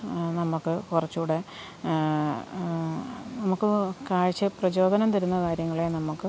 നമുക്ക് കുറച്ചുകൂടെ നമുക്ക് കാഴ്ച്ചയിൽ പ്രചോദനം തരുന്ന കാര്യങ്ങളെ നമുക്ക്